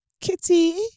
Kitty